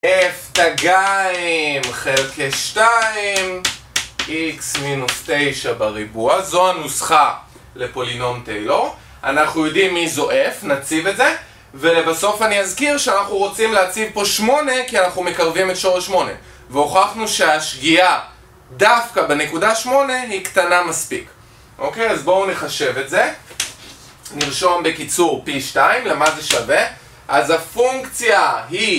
f' חלק לשתיים x מינוס תשע בריבוע, זו הנוסחה לפולינום טיילור. אנחנו יודעים מי זו f, נציב את זה. ובסוף אני אזכיר שאנחנו רוצים להציב פה שמונה כי אנחנו מקרבים את שורש שמונה. והוכחנו שהשגיאה דווקא בנקודה שמונה היא קטנה מספיק. אוקיי, אז בואו נחשב את זה. נרשום בקיצור p2 למה זה שווה. אז הפונקציה היא...